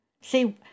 See